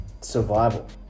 survival